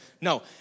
No